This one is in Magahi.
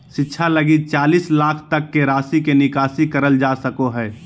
शिक्षा लगी चालीस लाख तक के राशि के निकासी करल जा सको हइ